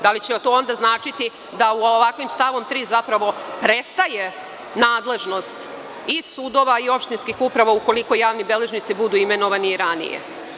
Da li će to onda značiti da ovakvim stavom 3. zapravo prestaje nadležnost i sudova i opštinskih uprava, ukoliko javni beležnici budu imenovani i ranije?